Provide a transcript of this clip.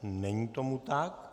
Není tomu tak.